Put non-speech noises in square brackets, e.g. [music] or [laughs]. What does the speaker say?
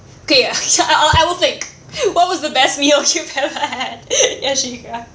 okay [laughs] I I I will take what was the best meal you've ever had ya shika